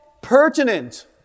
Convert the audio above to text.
pertinent